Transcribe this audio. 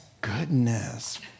Goodness